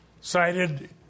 cited